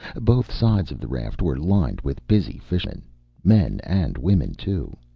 both sides of the raft were lined with busy fishermen men and women, too.